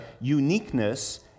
Uniqueness